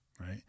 Right